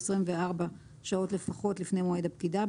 עשרים וארבע שעות לפחות לפני מועד הפקידה,